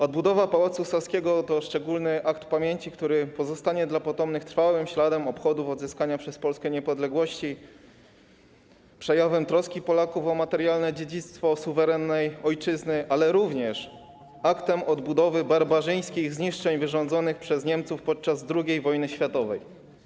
Odbudowa Pałacu Saskiego to szczególny akt pamięci, który pozostanie dla potomnych trwałym śladem obchodów odzyskania przez Polskę niepodległości, przejawem troski Polaków o materialne dziedzictwo suwerennej ojczyzny, ale również aktem odbudowy po barbarzyńskich zniszczeniach wyrządzonych przez Niemców podczas II wojny światowej.